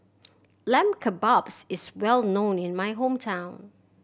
Lamb Kebabs is well known in my hometown